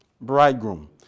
bridegroom